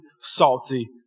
salty